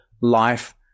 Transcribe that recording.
Life